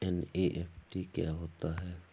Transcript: NEFT क्या होता है?